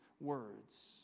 words